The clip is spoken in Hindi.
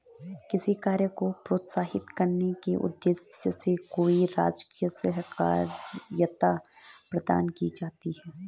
किसी कार्य को प्रोत्साहित करने के उद्देश्य से कोई राजकीय सहायता प्रदान की जाती है